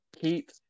Keep